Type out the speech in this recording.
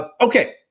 Okay